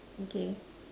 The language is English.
okay